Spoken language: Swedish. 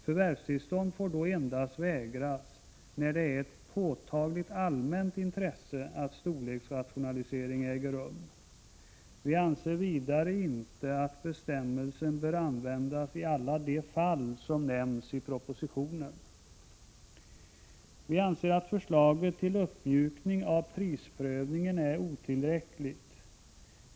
Förvärvstillstånd får då endast vägras när det är ett ”påtagligt allmänt intresse” att storleksrationalisering äger rum. Vi anser vidare inte att bestämmelsen bör användas i alla de fall som nämns i propositionen. Vi anser att förslaget till uppmjukning av prisprövningen är otillräckligt.